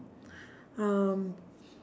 um